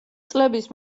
წლების